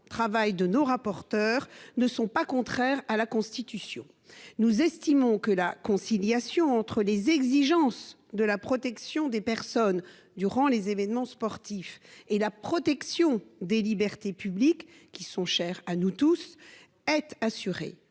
travail des rapporteurs, ne sont pas contraires à la Constitution. Nous estimons que la conciliation entre les exigences de protection des personnes durant les événements sportifs et de protection des libertés publiques, qui sont chères à notre assemblée